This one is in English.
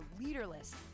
leaderless